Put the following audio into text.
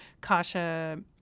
Kasha